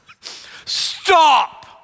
stop